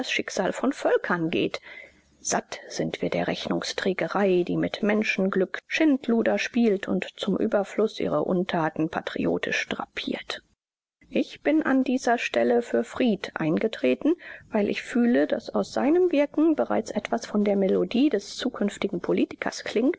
das schicksal von völkern geht satt sind wir der rechnungsträgerei die mit menschenglück schindluder spielt und zum überfluß ihre untaten patriotisch drapiert ich bin an dieser stelle für fried eingetreten weil ich fühle daß aus seinem wirken bereits etwas von der melodie des zukünftigen politikers